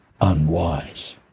unwise